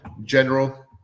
general